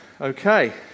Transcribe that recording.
Okay